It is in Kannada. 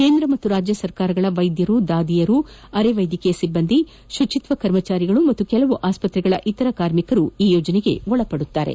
ಕೇಂದ್ರ ಮತ್ತು ರಾಜ್ಯ ಸರ್ಕಾರಗಳ ವೈದ್ಯರು ದಾದಿಯರು ಅರೆ ವೈದ್ಯಕೀಯ ಸಿಬ್ಬಂದಿ ಶುಚಿತ್ವ ಕರ್ಮಚಾರಿಗಳು ಹಾಗೂ ಕೆಲವು ಅಸ್ಪತ್ರೆಗಳ ಇತರ ಕಾರ್ಮಿಕರು ಈ ಯೋಜನೆಗೆ ಒಳಪದುತ್ತಾರೆ